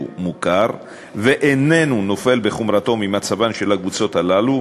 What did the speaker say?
מוכר ואיננו נופל בחומרתו ממצבן של הקבוצות הללו,